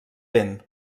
vent